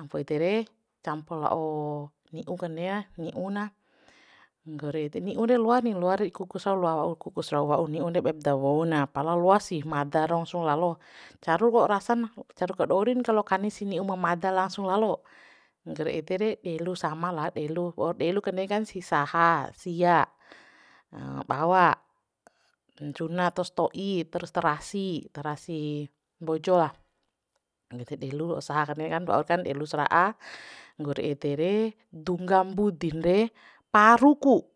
ampo ede re campo la'o ni'u kane ni'u na nggori ede ni'u re loani loa re di kukus sa loa wau kukus rau wau ni'u re baip da wou na pala loasih mada rau langsung lalo caru kok rasa na caru kadirin kalo kanis ni'u ma mada langsung lalo nggori ede re delu sama la delu waur delu kande kan sisaha sia bawa ncuna taus sto'i terus tarasi tarasi mbojo lah nggo ede delu saha kande kan waur kan delu sara'a nggor ede re dungga mbudin re paru ku